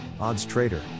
OddsTrader